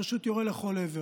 פשוט יורה לכל עבר.